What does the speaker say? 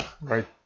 Right